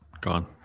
gone